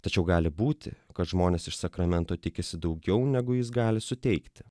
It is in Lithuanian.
tačiau gali būti kad žmonės iš sakramento tikisi daugiau negu jis gali suteikti